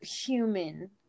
human